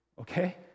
Okay